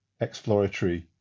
exploratory